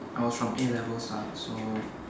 I was from A levels lah so